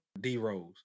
D-Rose